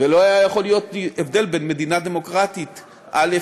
ולא היה יכול להיות הבדל בין מדינה דמוקרטית א',